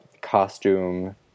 costume